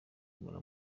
kumara